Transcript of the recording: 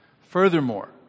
Furthermore